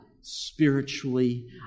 spiritually